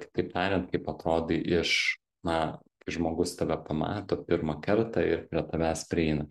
kitaip tariant kaip atrodai iš na kai žmogus tave pamato pirmą kartą ir prie tavęs prieina